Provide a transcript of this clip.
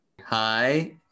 Hi